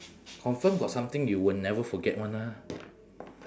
confirm got something you will never forget [one] ah